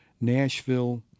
Nashville